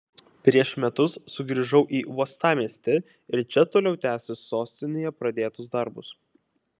prieš metus sugrįžau į uostamiestį ir čia toliau tęsiu sostinėje pradėtus darbus